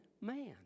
man